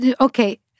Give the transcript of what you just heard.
Okay